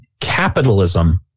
capitalism